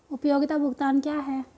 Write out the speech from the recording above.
उपयोगिता भुगतान क्या हैं?